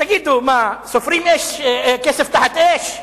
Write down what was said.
תגידו, מה, סופרים כסף תחת אש?